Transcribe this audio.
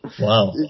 Wow